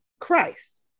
Christ